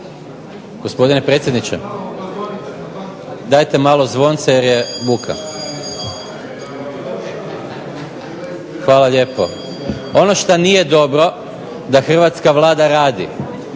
gospodine predsjedniče dajte malo zvonce jer je buka. Hvala lijepo. Ono šta nije dobro da hrvatska Vlada radi